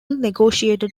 negotiated